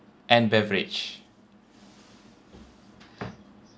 and beverage